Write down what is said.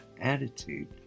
attitude